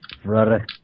Brother